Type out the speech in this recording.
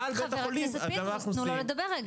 תנו לו לדבר.